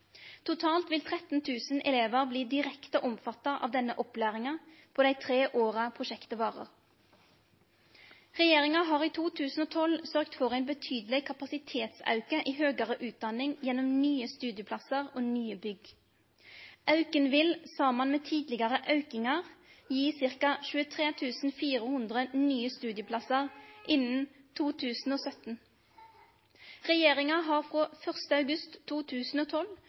Totalt vil 13 000 elevar bli direkte omfatta av denne opplæringa på dei tre åra prosjektet varer. Regjeringa har i 2012 sørgt for ein betydeleg kapasitetsauke i høgare utdanning gjennom nye studieplassar og nye bygg. Auken vil, saman med tidlegare aukingar, gi ca. 23 400 nye studieplassar innan 2017. Regjeringa har frå 1. januar 2012